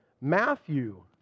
Matthew